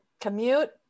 commute